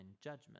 judgment